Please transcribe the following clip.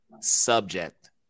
subject